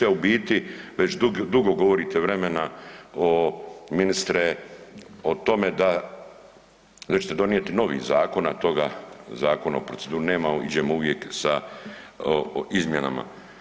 A u biti već dugo govorite vremena o, ministre, o tome da, da ćete donijeti novi zakon, a toga zakona u proceduri nema, iđemo uvijek sa izmjenama.